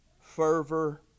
fervor